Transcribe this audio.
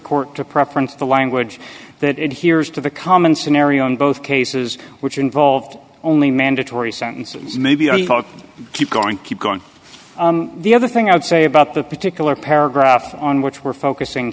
court to preference the language that it hears to the common scenario in both cases which involved only mandatory sentences maybe keep going keep going the other thing i'd say about the particular paragraph on which we're focusing